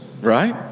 right